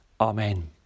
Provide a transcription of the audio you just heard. Amen